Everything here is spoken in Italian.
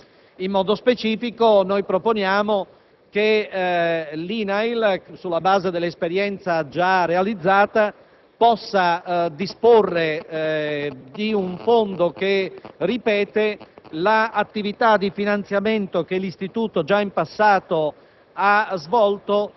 In secondo luogo, alcuni emendamenti sono rivolti a garantire risorse adeguate agli obiettivi, anche in questo caso da tutti riconosciuti, di maggiore investimento nella prevenzione, nell'informazione e nella formazione.